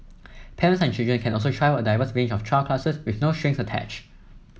parents and children can also try out a diverse range of trial classes with no strings attach